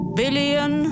billion